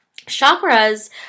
Chakras